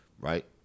right